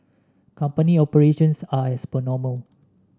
company operations are as per normal